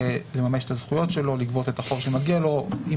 לממש את הזכויות שלו ולגבות את החוב שמגיע לו ועם